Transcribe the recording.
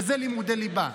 זה לימודי ליבה.